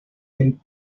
del